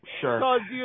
Sure